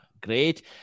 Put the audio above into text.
great